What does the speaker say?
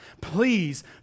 Please